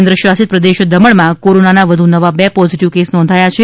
કેન્દ્ર શાસિત પ્રદેશ દમણમાં કોરોનાના વધુ નવા બે પોઝિટિવ કેસ નોંધાયા છે